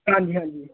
ਹਾਂਜੀ ਹਾਂਜੀ